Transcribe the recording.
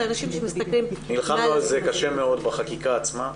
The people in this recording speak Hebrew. האנשים שמשתכרים מעל --- נלחמנו על זה קשה מאוד בחקיקה עצמה,